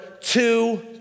two